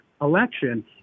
election